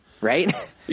Right